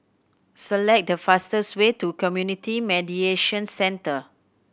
select the fastest way to Community Mediation Centre